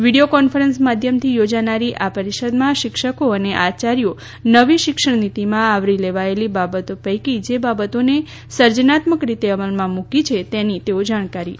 video conference માધ્યમથી યોજાનારી આ પરિષદમાં શિક્ષકો અને આચાર્યો નવી શિક્ષણ નીતિમાં આવરી લેવાયેલી બાબતો પૈકી જે બાબતોને સર્જનાત્મક રીતે અમલમાં મૂકી છે તેની તેઓ જાણકારી આપશે